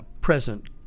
present